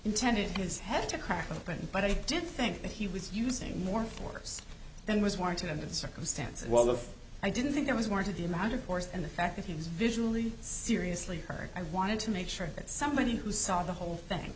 intended his head to crack open but i did think that he was using more force than was warranted under the circumstances well of i didn't think there was more to the amount of force and the fact that he was visually seriously hurt i wanted to make sure that somebody who saw the whole thing